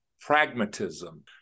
pragmatism